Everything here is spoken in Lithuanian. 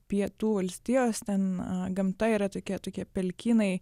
pietų valstijos ten gamta yra tokie tokie pelkynai